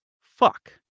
Fuck